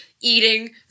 eating